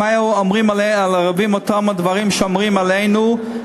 אם היו אומרים על ערבים אותם הדברים שאומרים עלינו,